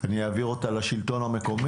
אני אעביר אותה לחברי הכנסת ולשלטון המקומי.